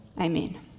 amen